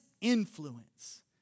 influence